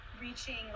reaching